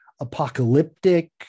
apocalyptic